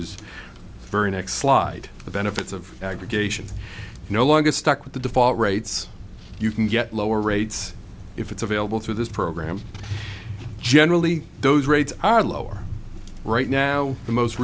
is very next slide the benefits of aggregation no longer stuck with the default rates you can get lower rates if it's available through this program generally those rates are lower right now the most